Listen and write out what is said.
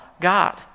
God